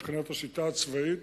מבחינת השיטה הצבאית,